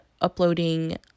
uploading